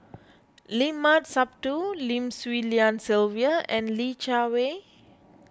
Limat Sabtu Lim Swee Lian Sylvia and Li Jiawei